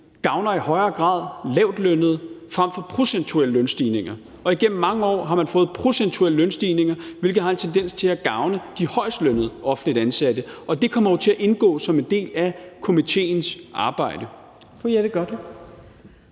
i højere grad gavner lavtlønnede fremfor procentuelle lønstigninger, og igennem mange år har man fået procentuelle lønstigninger, hvilket har en tendens til at gavne de højestlønnede offentligt ansatte. Og det kommer jo til at indgå som en del af komitéens arbejde. Kl. 17:21 Fjerde